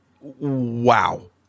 wow